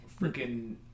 freaking